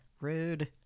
Rude